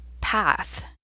path